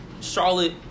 Charlotte